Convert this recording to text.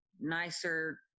nicer